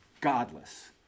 godless